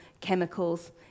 chemicals